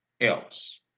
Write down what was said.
else